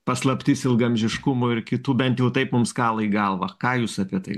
paslaptis ilgaamžiškumų ir kitų bent jau taip mums kala į galvą ką jūs apie tai